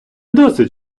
досить